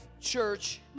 Church